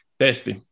testi